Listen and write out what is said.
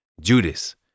Judas